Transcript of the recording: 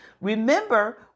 Remember